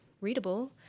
readable